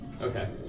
Okay